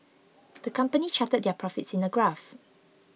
the company charted their profits in a graph